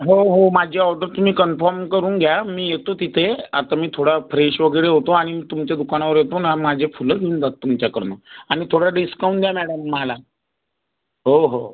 हो हो माझी ऑर्डर तुम्ही कन्फम करून घ्या मी येतो तिथे आता मी थोडा फ्रेश वगैरे होतो आणि मी तुमच्या दुकानावर येतो ना माझी फुलं घेऊन जातो तुमच्याकडून आणि थोडा डिस्काऊंट द्या मॅडम मला हो हो